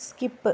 skip